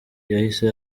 yahise